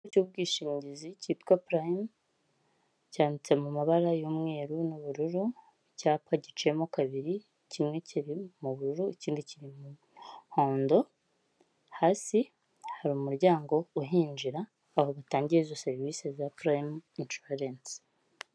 Ikigo cy'ubwishingizi cyitwa purayimu cyanditse mu mabara y'umweru n'ubururu, icyapa giciyemo kabiri kimwe kiri mu bururu ikindi kiri mu muhondo, hasi hari umuryango uhinjira aho batangira izo serivise za purayimu enshuwarensi.